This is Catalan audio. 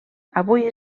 avui